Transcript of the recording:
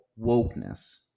wokeness